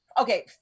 okay